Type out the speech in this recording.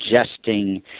suggesting